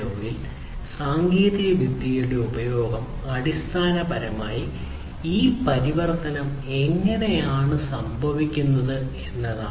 0ൽ സാങ്കേതികവിദ്യകളുടെ ഉപയോഗം അടിസ്ഥാനപരമായി ഈ പരിവർത്തനം എങ്ങനെയാണ് സംഭവിക്കുന്നത് എന്നതാണ്